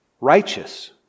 righteous